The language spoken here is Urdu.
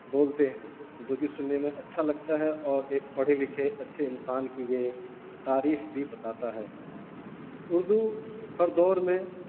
بولتے ہیں جوکہ سننے میں اچھا لگتا ہے اور ایک پڑھے لکھے اچھے انسان کی یہ تعریف بھی بتاتا ہے اردو ہر دور میں